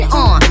on